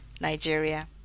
Nigeria